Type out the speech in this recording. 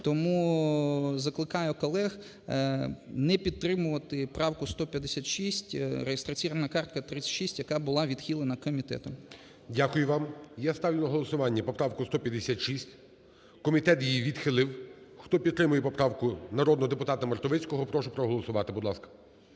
Тому закликаю колег не підтримувати правку 156 (реєстраційна картка 36), яка була відхилена комітетом. ГОЛОВУЮЧИЙ. Дякую вам. Я ставлю на голосування поправку 156, комітет її відхилив. Хто підтримує поправку народного депутата Мартовицького, прошу проголосувати, будь ласка.